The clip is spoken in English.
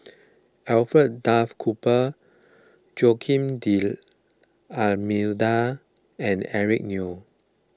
Alfred Duff Cooper Joaquim D'Almeida and Eric Neo